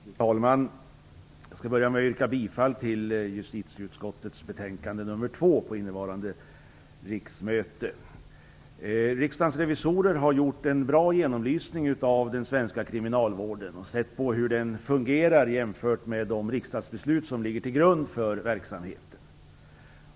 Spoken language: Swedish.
Fru talman! Jag börjar med att yrka bifall till hemställan i justitieutskottets betänkande nr 2 under innevarande riksmöte. Riksdagens revisorer har gjort en bra genomlysning av den svenska kriminalvården och sett på hur den fungerar jämfört med de riksdagsbeslut som ligger till grund för verksamheten.